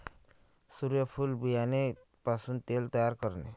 सूर्यफूल बियाणे पासून तेल तयार करणे